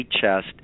chest